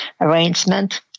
arrangement